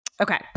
Okay